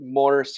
more